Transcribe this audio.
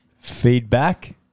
Feedback